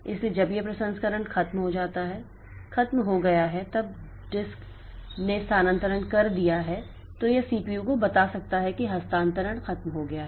इसलिए जब यह प्रसंस्करण खत्म हो गया है जब डिस्क नियंत्रक ने स्थानांतरण कर दिया है तो यह सीपीयू को बता सकता है की हस्तांतरण ख़त्म हो गया है